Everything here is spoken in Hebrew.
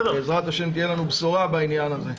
אוגוסט, בעזרת השם, תהיה לנו בשורה בעניין הזה.